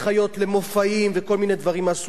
בין אם אלה חיות למופעים וכל מיני דברים מהסוג הזה.